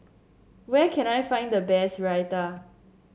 where can I find the best Raita